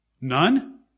None